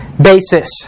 basis